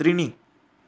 त्रीणि